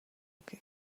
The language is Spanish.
que